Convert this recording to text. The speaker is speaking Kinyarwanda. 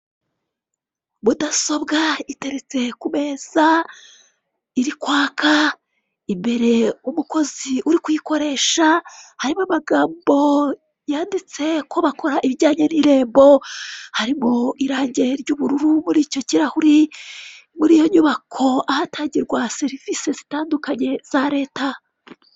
Mudasobwa iteretse ku meza iri kwaka, imbere umukozi uri kuyikoresha, harimo amagambo yanditse ko bakora ibijyanye n'irembo, harimo irange ry'ubururu muri icyo kirahuri, muri iyo nyubako ahatangirwa serivise zitandukanye za leta.